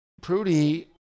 Prudy